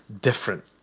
different